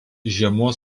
žiemos